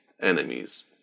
enemies